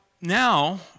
now